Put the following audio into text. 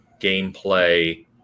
gameplay